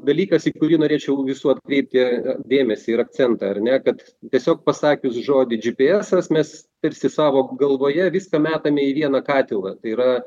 dalykas į kurį norėčiau visų atkreipti dėmesį ir akcentą ar ne kad tiesiog pasakius žodį džy py esas mes tarsi savo galvoje viską metame į vieną katilą tai yra